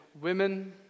women